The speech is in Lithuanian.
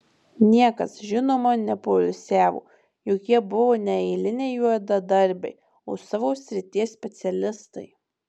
niekas žinoma nepoilsiavo juk jie buvo ne eiliniai juodadarbiai o savo srities specialistai